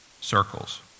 circles